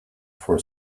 for